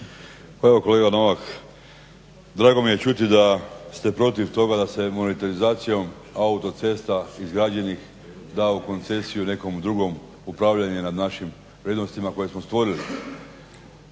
evo kolega Novak, drago mi je čuti da ste protiv toga da se monetizacijom autocesta izgrađenih da u koncesiju nekom drugom upravljanju na našim vrijednostima koje smo stvorili.